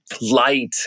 light